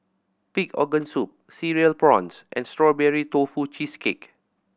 pig organ soup Cereal Prawns and Strawberry Tofu Cheesecake